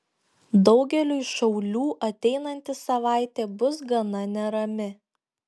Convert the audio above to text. daugeliui šaulių ateinanti savaitė bus gana nerami